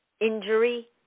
injury